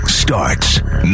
starts